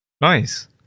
nice